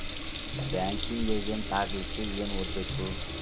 Banking agent ಆಗ್ಲಿಕ್ಕೆ ಏನ್ ಓದ್ಬೇಕು?